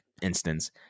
instance